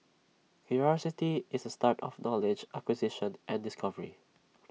curiosity is the start of knowledge acquisition and discovery